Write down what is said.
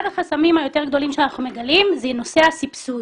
אחד החסמים היותר גדולים שאנחנו מגלים הוא נושא הסבסוד.